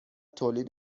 تولید